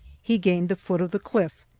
he gained the foot of the cliff,